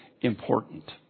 important